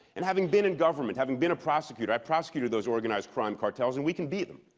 and having been in government, having been a prosecutor, i prosecuted those organized crime cartels, and we can beat them.